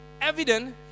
evident